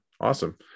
Awesome